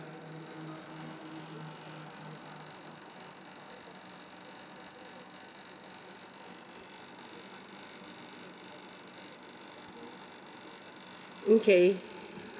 okay